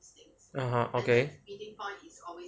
(uh huh) okay